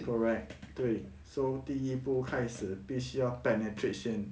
correct 对 so 第一步开始必须要 penetrate 先